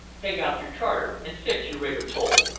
take out your charter and fix your rate of toll.